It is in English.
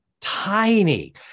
Tiny